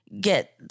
get